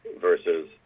versus